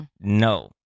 No